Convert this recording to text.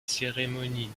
cérémonie